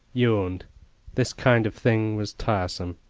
yawned this kind of thing was tiresome.